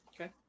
Okay